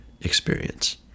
experience